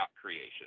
creation